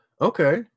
Okay